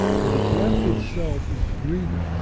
so the breath itself is breathing,